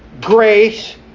grace